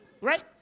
right